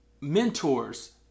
mentors